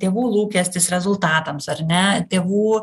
tėvų lūkestis rezultatams ar ne tėvų